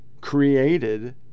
created